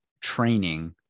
training